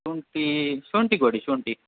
ಶುಂಠಿ ಶುಂಠಿ ಕೊಡಿ ಶುಂಠಿ